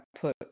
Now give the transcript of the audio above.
put